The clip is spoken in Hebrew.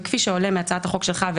וכפי שעולה מהצעת החוק שלך,